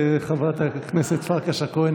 חברת הכנסת פרקש הכהן.